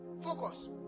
Focus